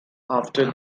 after